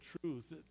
truth